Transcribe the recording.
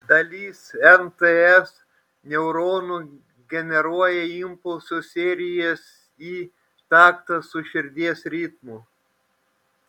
dalis nts neuronų generuoja impulsų serijas į taktą su širdies ritmu